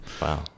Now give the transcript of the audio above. Wow